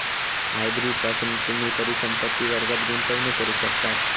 hybrid पासून तुम्ही परिसंपत्ति वर्गात गुंतवणूक करू शकतास